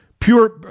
Pure